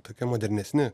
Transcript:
tokie modernesni